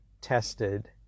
tested